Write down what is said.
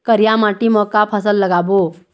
करिया माटी म का फसल लगाबो?